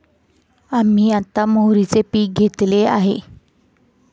आम्ही आता मोहरीचे पीक घेतले आहे